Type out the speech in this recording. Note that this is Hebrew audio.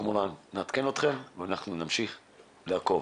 כמובן נעדכן אתכם ואנחנו נמשיך לעקוב,